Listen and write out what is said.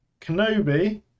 Kenobi